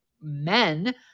men